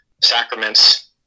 sacraments